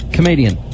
Comedian